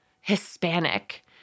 Hispanic